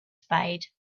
spade